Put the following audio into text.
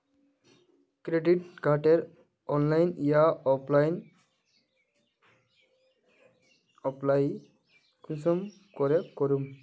Credit कार्डेर online या offline apply कुंसम करे करूम?